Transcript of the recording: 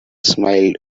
smiled